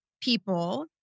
people